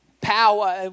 Power